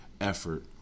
effort